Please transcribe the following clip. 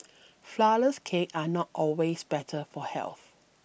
Flourless Cakes are not always better for health